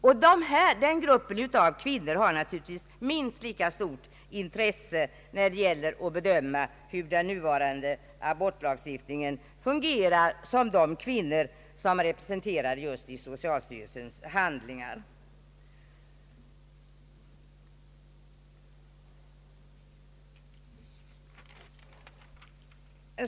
När det gäller att bedöma hur den nuvarande abortlagstiftningen fungerar har den gruppen kvinnor naturligtvis lika stort intresse som de kvinnor vilka representeras i socialstyrelsens handlingar.